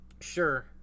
Sure